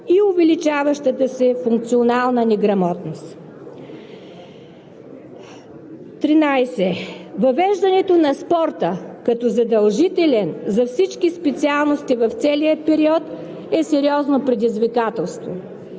и увеличаващата се функционална неграмотност. 13. Въвеждането на спорта като задължителен за всички специалности в целия период е сериозно предизвикателство.